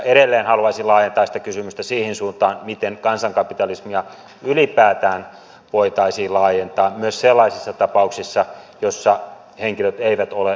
edelleen haluaisin laajentaa sitä kysymystä siihen suuntaan miten kansankapitalismia ylipäätään voitaisiin laajentaa myös sellaisissa tapauksissa joissa henkilöt eivät ole valtionyhtiössä töissä